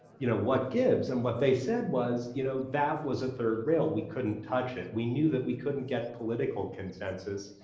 you know what gives? and what they said was you know that was a third rail. we couldn't touch it. we knew that we couldn't get political consensus,